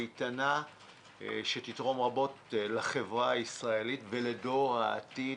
איתנה שתתרום רבות לחברה הישראלית ולדור העתיד,